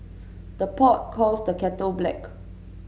the pot calls the kettle black